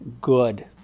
good